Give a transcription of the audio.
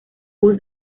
voz